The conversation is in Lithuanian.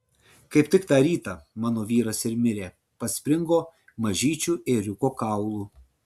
kaip tik tą rytą mano vyras ir mirė paspringo mažyčiu ėriuko kaulu